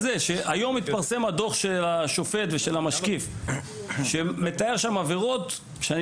היום התפרסם הדוח של השופט והמשקיף שמתאר שם עבירות שאני